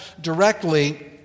directly